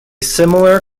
similar